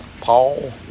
Paul